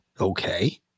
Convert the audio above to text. Okay